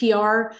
pr